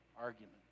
argument